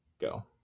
go